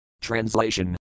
Translation